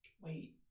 Wait